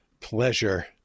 pleasure